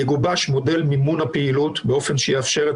יגובש מודל מימון הפעילות באופן שיאפשר את